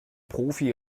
profi